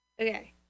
okay